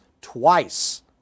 twice